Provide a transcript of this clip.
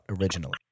originally